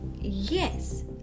yes